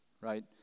right